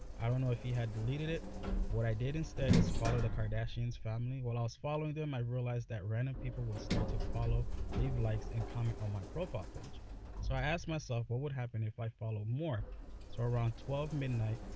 i don't know if he had deleted it what i did instead is follow the kardashian's family while i was following them i realized that random people would start to follow leave likes and comment on my profile page so i asked myself what would happen if i follow more so around twelve zero midnight.